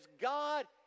God